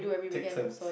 take turns